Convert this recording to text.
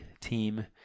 team